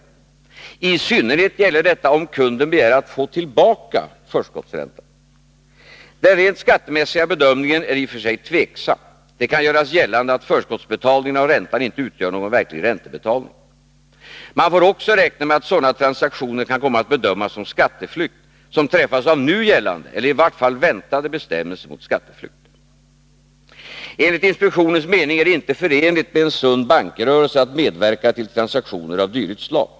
I synnerhet gäller detta, om kunden begär att få tillbaka förskottsräntan. Den rent skattemässiga bedömningen är i och för sig tveksam. Det kan göras gällande att förskottsbetalningen av räntan inte utgör någon verklig räntebetalning. Man får också räkna med att sådana transaktioner kan komma att bedömas som skatteflykt, som träffas av nu gällande eller i vart fall väntade bestämmelser mot skatteflykt. ——— Enligt inspektionens mening är det inte förenligt med en sund bankrörelse att medverka till transaktioner av dylikt slag.